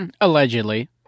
Allegedly